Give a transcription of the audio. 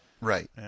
Right